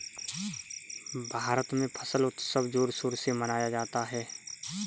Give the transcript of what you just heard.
भारत में फसल उत्सव जोर शोर से मनाया जाता है